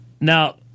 Now